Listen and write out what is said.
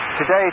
Today